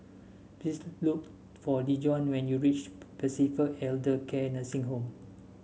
please look for Dejon when you reach Pacific Elder Care Nursing Home